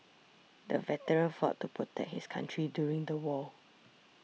the veteran fought to protect his country during the war